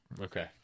Okay